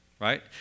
right